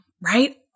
right